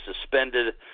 suspended